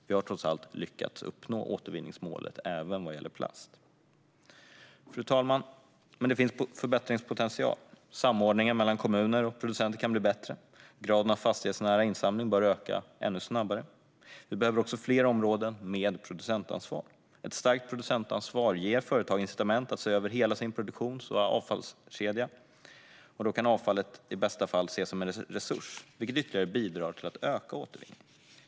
Vi har trots allt lyckats uppnå återvinningsmålet även för plaster. Fru talman! Det finns dock förbättringspotential. Samordningen mellan kommuner och producenter kan bli bättre, och graden av fastighetsnära insamling bör öka ännu snabbare. Vi behöver också fler områden med producentansvar. Ett starkt producentansvar ger företag incitament att se över hela sin produktions och avfallskedja. Då kan avfallet i bästa fall ses som en resurs, vilket ytterligare bidrar till att öka återvinningen.